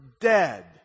dead